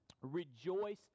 rejoice